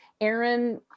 Aaron